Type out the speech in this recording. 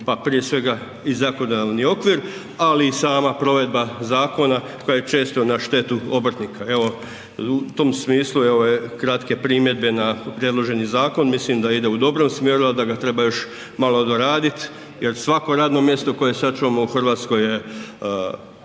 Pa prije svega i zakonodavni okvir, ali i sama provedba zakona koja je često na štetu obrtnika. Evo, u tom smislu moja kratke primjedbe na predloženi zakon, mislim da ide u dobrom smjeru, a da ga treba još malo doraditi jer svako radno mjesto koje sačuvamo u Hrvatskoj je